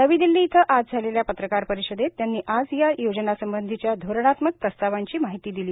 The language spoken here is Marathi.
नवी दिल्ली इथं आज झालेल्या पत्रकार परिषदेत त्यांनी आज या योजनांसंबंधिच्या धोरणात्मक प्रस्तावांची माहिती दिली